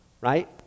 right